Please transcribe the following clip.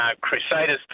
Crusaders